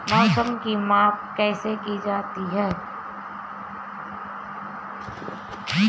मौसम की माप कैसे की जाती है?